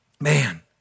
man